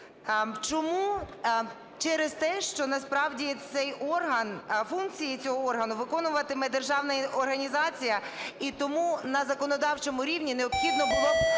Чому? Через те, що насправді цей орган, функції цього органу виконуватиме державна організація. І тому на законодавчому рівні необхідно було б